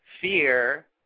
Fear